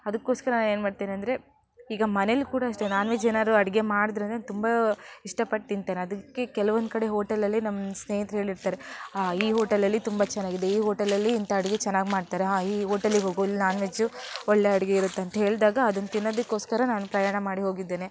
ಅದಕ್ಕೋಸ್ಕರ ನಾನು ಏನು ಮಾಡ್ತೇನೆ ಅಂದರೆ ಈಗ ಮನೆಯಲ್ಲೂ ಕೂಡ ಅಷ್ಟೇ ನಾನ್ವೆಜ್ ಏನಾದ್ರೂ ಅಡುಗೆ ಮಾಡಿದ್ರಂದ್ರೆ ತುಂಬ ಇಷ್ಟಪಟ್ಟು ತಿಂತೇನೆ ಅದಕ್ಕೆ ಕೆಲವೊಂದು ಕಡೆ ಹೋಟೆಲಲ್ಲಿ ನಮ್ಮ ಸ್ನೇಹಿತರು ಹೇಳಿರ್ತಾರೆ ಹಾಂ ಈ ಹೋಟೆಲಲ್ಲಿ ತುಂಬ ಚೆನ್ನಾಗಿದೆ ಈ ಹೋಟೆಲಲ್ಲಿ ಇಂಥ ಅಡುಗೆ ಚೆನ್ನಾಗಿ ಮಾಡ್ತಾರೆ ಹಾಂ ಈ ಹೋಟೆಲಿಗೆ ಹೋಗುವ ಇಲ್ಲಿ ನಾನ್ವೆಜ್ಜು ಒಳ್ಳೆಯ ಅಡುಗೆ ಇರುತ್ತೆ ಅಂತ್ಹೇಳ್ದಾಗ ಅದನ್ನು ತಿನ್ನೋದಕ್ಕೋಸ್ಕರ ನಾನು ಪ್ರಯಾಣ ಮಾಡಿ ಹೋಗಿದ್ದೇನೆ